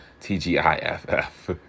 T-G-I-F-F